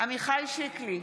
עמיחי שיקלי,